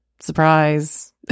surprise